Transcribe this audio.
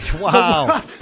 Wow